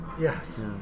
Yes